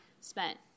spent